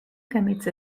commits